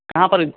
कहाँ पर